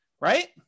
right